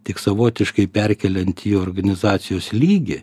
tik savotiškai perkeliant į organizacijos lygį